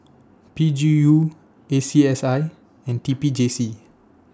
P G U A C S I and T P J C